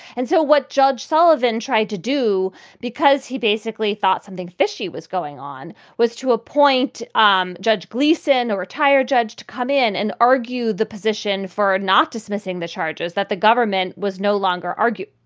and so what judge sullivan tried to do because he basically thought something fishy was going on was to appoint um judge gleason, a retired judge, to come in and argue the position for not dismissing the charges that the government was no longer argue.